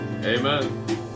Amen